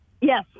Yes